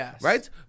right